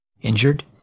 injured